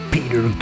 Peter